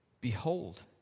behold